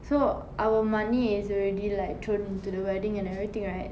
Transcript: so our money is already like thrown into the wedding and everything right